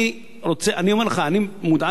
אני אומר לך,